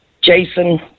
Jason